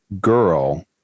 girl